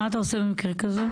מה אתה עושה במקרה כזה?